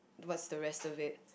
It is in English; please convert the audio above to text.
what's the rest of it